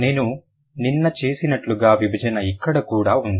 నేను నిన్న చేసినట్లుగా విభజన ఇక్కడ కూడా ఉంది